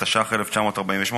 התש"ח 1948,